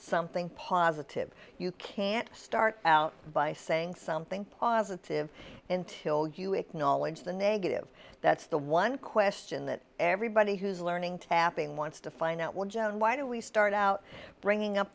something positive you can't start out by saying something positive in till you acknowledge the negative that's the one question that everybody who's learning tapping wants to find out what gen why do we start out bringing up